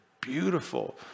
beautiful